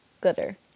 glitter